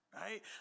right